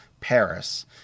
Paris